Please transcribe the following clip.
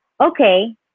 Okay